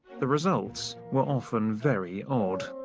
the results were often very odd.